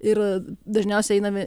ir dažniausiai einame